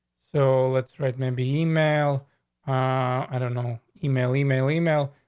so let's write. maybe email. ah, i don't know. email, email, email.